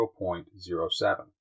0.07